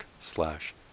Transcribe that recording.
slash